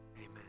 Amen